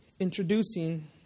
introducing